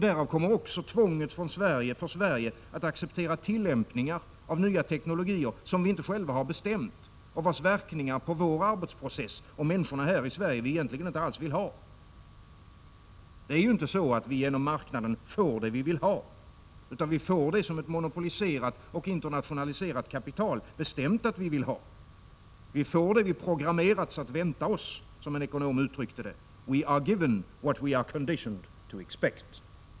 Därav kommer också tvånget för Sverige att acceptera tillämpningar av ny teknologi som vi inte själva bestämt och vars verkningar på vår arbetsprocess och människorna här i Sverige vi egentligen inte alls vill ha. Det är ju inte så, att vi genom marknaden får vad vi vill ha, utan vi får det som ett monopoliserat och internationaliserat kapital bestämt att vi vill ha. Vi får det vi programmerats att vänta oss, som en ekonom uttryckte det — we are given what we are conditioned to expect.